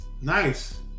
nice